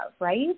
right